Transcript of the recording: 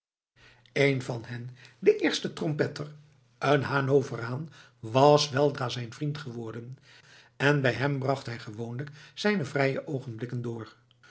een van hen de eerste trompetter een hanoveraan was weldra zijn vriend geworden en bij hem bracht hij gewoonlijk zijne vrije oogenblikken door